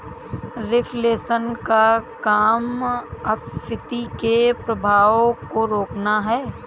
reflation का काम अपस्फीति के प्रभावों को रोकना है